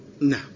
No